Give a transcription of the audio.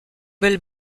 belles